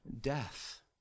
death